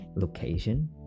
location